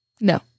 no